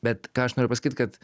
bet ką aš noriu pasakyt kad